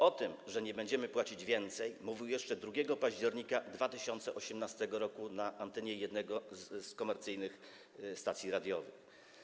O tym, że nie będziemy płacić więcej, mówił jeszcze 2 października 2018 r. na antenie jednej z komercyjnych stacji radiowych.